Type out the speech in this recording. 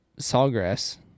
Sawgrass